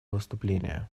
выступления